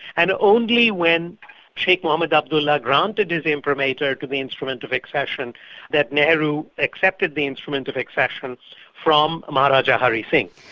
and only when sheikh mohamed abdullah granted his imprimatur to the instrument of accession that nehru accepted the instrument of like accession from from maharajah hari singh.